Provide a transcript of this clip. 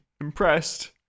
impressed